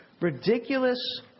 ridiculous